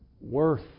worth